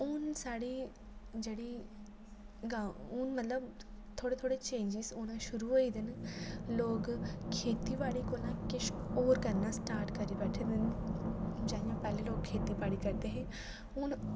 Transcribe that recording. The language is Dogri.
हून साढ़े जेह्ड़े गांव हून मतलब थोह्ड़े थोह्ड़े चेंजेस होना शुरू होई गेदे न लोग खेतीबाड़ी कोला किश होर करना स्टार्ट करी बैठे दे ऐ न जियां पैह्ले लोग खेतीबाड़ी करदे हे हून